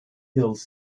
hills